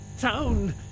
town